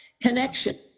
connection